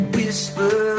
Whisper